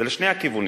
זה לשני הכיוונים.